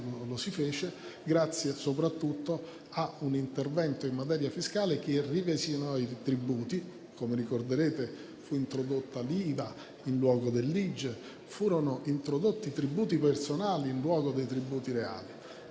lo si fece grazie soprattutto a un intervento in materia fiscale che ridisegnò i tributi. Come ricorderete, fu introdotta l'IVA in luogo dell'IGE e furono introdotti tributi personali in luogo dei tributi reali.